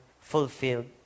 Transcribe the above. fulfilled